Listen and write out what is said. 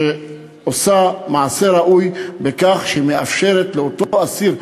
שעושה מעשה ראוי בכך שהיא מאפשרת לאותו אסיר,